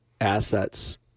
assets